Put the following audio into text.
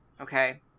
Okay